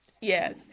yes